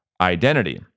identity